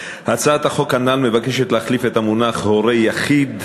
הצעת החוק הנ"ל מבקשת להחליף את המונח "הורה יחיד"